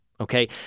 okay